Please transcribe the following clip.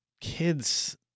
kids